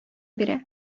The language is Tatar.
бирә